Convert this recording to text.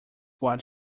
what